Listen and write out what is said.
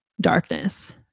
darkness